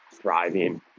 thriving